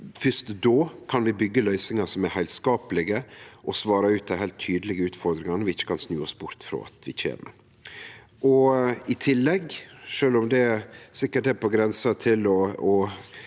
Fyrst då kan vi byggje løysingar som er heilskaplege og svarer ut dei heilt tydelege utfordringane vi ikkje kan snu oss bort frå at kjem. I tillegg, sjølv om det sikkert er på grensa til å